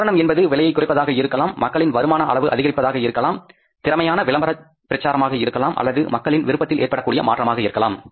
காரணம் என்பது விலை குறைப்பதாக இருக்கலாம் மக்களில் வருமான அளவு அதிகரிப்பதாக இருக்கலாம் திறமையான விளம்பர பிரச்சாரமாக இருக்கலாம் அல்லது மக்களின் விருப்பத்தில் ஏற்படக்கூடிய மாற்றமாக இருக்கலாம்